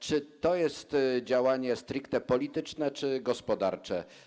Czy to jest działanie stricte polityczne, czy gospodarcze?